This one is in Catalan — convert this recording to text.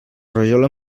rajola